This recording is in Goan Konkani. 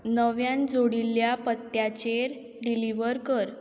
नव्यान जोडिल्ल्या पत्याचेर डिलिव्हर कर